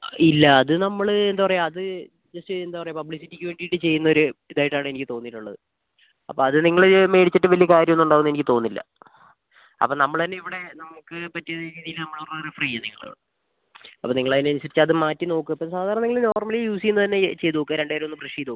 ഇല്ല അത് നമ്മൾ എന്താണ് പറയുക അത് ജസ്റ്റ് എന്താണ് പറയുക പബ്ലിസിറ്റിക്ക് വേണ്ടിയിട്ട് ചെയ്യുന്ന ഒരു ഇതായിട്ടാണ് എനിക്ക് തോന്നിയിട്ടുള്ളത് അപ്പം അത് നിങ്ങൾ മേടിച്ചിട്ടും വലിയ കാര്യം ഒന്നും ഉണ്ടാവുമെന്ന് എനിക്ക് തോന്നുന്നില്ല അപ്പം നമ്മൾ തന്നെ ഇവിടെ നമുക്ക് പറ്റിയ രീതിയിൽ നമ്മൾ റഫർ ചെയ്യുക നിങ്ങളെ അപ്പം നിങ്ങൾ അതിനനുസരിച്ച് മാറ്റി നോക്ക് ഇപ്പം സാധാരണ നിങ്ങൾ നോർമലി യൂസ് ചെയ്യുന്നത് തന്നെ ചെയ്ത് നോക്കുക രണ്ട് നേരം ഒന്ന് ബ്രഷ് ചെയ്ത് നോക്കുക